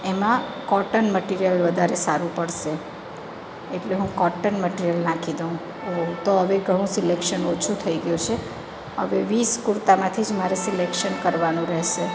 એમાં cotton material વધારે સારું પડશે એટલે હું કોટન મટિરિયલ નાખી દઉં તો હવે ઘણું સિલેક્શન ઓછું થઈ ગયું છે હવે વીસ કુર્તામાંથી જ મારે સિલેક્શન કરવાનું રહેશે